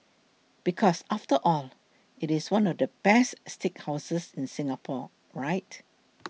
because after all it is one of the best steakhouses in Singapore right